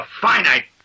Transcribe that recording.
finite